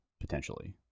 potentially